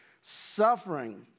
suffering